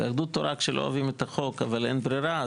ביהדות התורה כשלא אוהבים את החוק אבל אין ברירה,